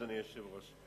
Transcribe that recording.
אדוני היושב-ראש,